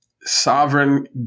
sovereign